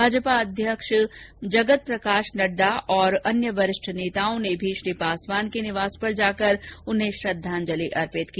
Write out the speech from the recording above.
भाजपा अध्यक्ष जगत प्रकाश नड्डा और अन्य वरिष्ठ नेताओं ने भी श्री पासवान के निवास पर जाकर उन्हें श्रद्वांजलि अर्पित की